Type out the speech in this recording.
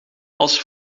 als